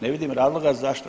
Ne vidim razloga zašto?